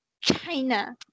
China